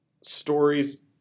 stories